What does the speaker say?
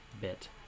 bit